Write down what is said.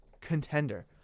contender